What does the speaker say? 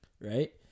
right